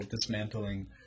Dismantling